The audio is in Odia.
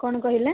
କଣ କହିଲେ